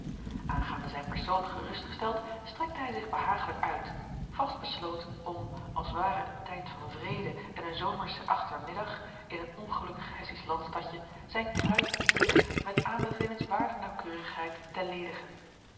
aangaande zijn persoon gerustgesteld strekte hij zich behagelijk uit vast besloten om als ware het tijd van vrede en een zomersche achtermiddag in een ongelukkig hessisch landstadje zijne kruik bier met aanbevelenswaarde naauwgeorge een ongeluksvogel keurigheid te ledigen